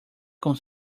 con